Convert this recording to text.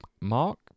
Mark